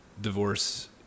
divorce